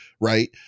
Right